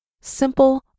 Simple